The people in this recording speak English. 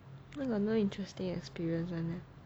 why I got no interesting experience [one] leh